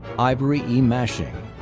ivory e. masching,